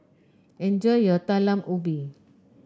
enjoy your Talam Ubi